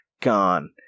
gone